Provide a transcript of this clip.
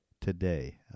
today